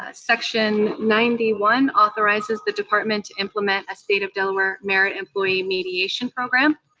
ah section ninety one authorizes the department to implement a state of delaware merit employee mediation program.